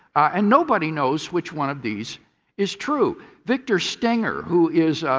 and nobody knows which one of these is true. victor stenger, who is